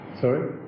Sorry